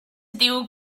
ydyw